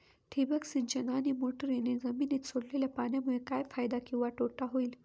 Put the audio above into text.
ठिबक सिंचन आणि मोटरीने जमिनीत सोडलेल्या पाण्यामुळे काय फायदा किंवा तोटा होईल?